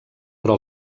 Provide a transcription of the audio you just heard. però